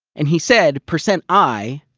and he said percent i